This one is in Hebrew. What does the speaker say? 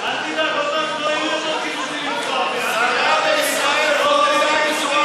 אל תדאג, עוד מעט לא יהיו יותר קיזוזים עם זועבי.